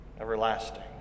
everlasting